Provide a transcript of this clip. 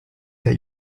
that